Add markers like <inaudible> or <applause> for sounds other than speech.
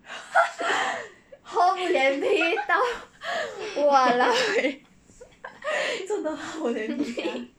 <laughs>